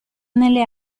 nelle